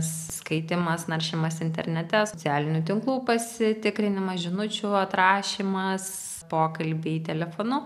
skaitymas naršymas internete socialinių tinklų pasitikrinimas žinučių atrašymas pokalbiai telefonu